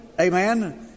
Amen